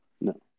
No